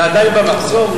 היא עדיין במחסום?